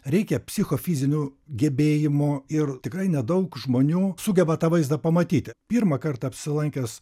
reikia psichofizinių gebėjimų ir tikrai nedaug žmonių sugeba tą vaizdą pamatyti pirmą kartą apsilankęs